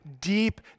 deep